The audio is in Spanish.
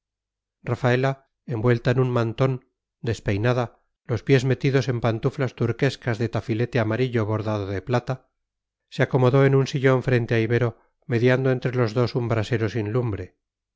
rafaela envuelta en un mantón despeinada los pies metidos en pantuflas turquescas de tafilete amarillo bordado de plata se acomodó en un sillón frente a ibero mediando entre los dos un brasero sin lumbre